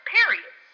Period